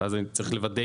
אז אני צריך לוודא.